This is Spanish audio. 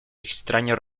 extraño